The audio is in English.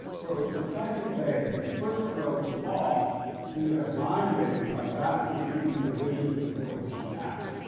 for it was precisely they who first broke the law in their blind rage by vastly exceeding the provisions of the prohibition act.